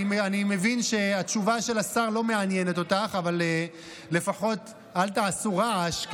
אני מבין שהתשובה של השר לא מעניינת אותך אבל לפחות אל תעשו רעש.